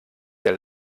der